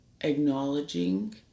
acknowledging